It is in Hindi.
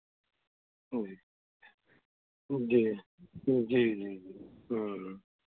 जी जी जी जी जी